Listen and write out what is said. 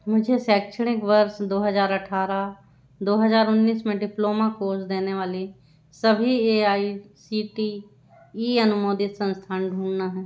मुझे शैक्षणिक वर्ष दो हज़ार अट्ठारह दो हज़ार उन्नीस में डिप्लोमा कोर्स देने वाले सभी A I C T E अनुमोदित संस्थान ढूँढना है